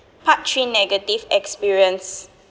part three negative experience